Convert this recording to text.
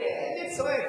תצעק